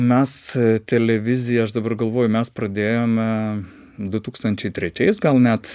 mes televizija aš dabar galvoju mes pradėjome du tūkstančiai trečiais gal net